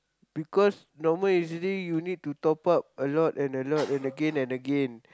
because normal usually you need to top up a lot and a lot and again and again